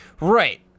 Right